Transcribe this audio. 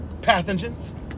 pathogens